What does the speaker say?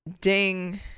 Ding